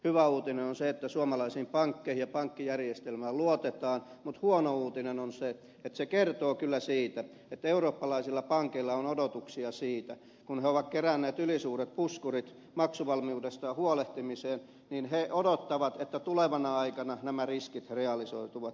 hyvä uutinen on se että suomalaisiin pankkeihin ja pankkijärjestelmään luotetaan mutta huono uutinen on se että se kertoo kyllä siitä että eurooppalaiset pankit kun ne ovat keränneet ylisuuret puskurit maksuvalmiudestaan huolehtimiseen odottavat että tulevana aikana nämä riskit realisoituvat